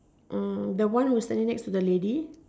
uh the one who is standing next to the lady